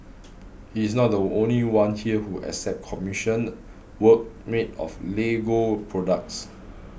he is not the only one here who accepts commissioned work made of Lego products